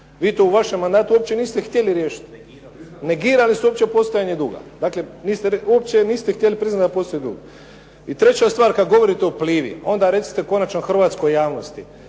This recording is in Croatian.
Vi to u vašem mandatu uopće niste htjeli riješiti. Negirali su uopće postojanje duga. Dakle, uopće niste htjeli priznati da postoji dug. I treća stvar, kad govorite o Plivi onda recite konačno hrvatskoj javnosti